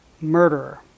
murderer